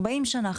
40 שנה,